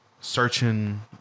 searching